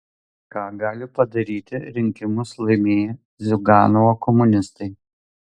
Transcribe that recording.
ką gali padaryti rinkimus laimėję ziuganovo komunistai